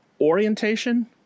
orientation